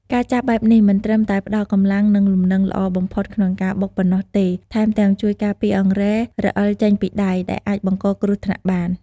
ការចាប់បែបនេះមិនត្រឹមតែផ្តល់កម្លាំង និងលំនឹងល្អបំផុតក្នុងការបុកប៉ុណ្ណោះទេ ថែមទាំងជួយការពារអង្រែរអិលចេញពីដៃ ដែលអាចបង្កគ្រោះថ្នាក់បាន។